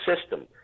system